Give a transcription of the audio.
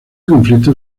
conflicto